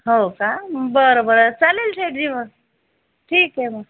हो का बरं बरं चालेल शेटजी मग ठीक आहे मग